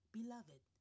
Beloved